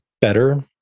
better